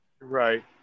right